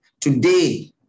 Today